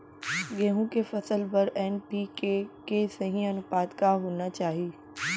गेहूँ के फसल बर एन.पी.के के सही अनुपात का होना चाही?